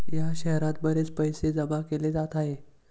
या शहरात बरेच पैसे जमा केले जात आहे